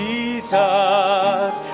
Jesus